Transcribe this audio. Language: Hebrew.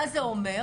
מה זה אומר?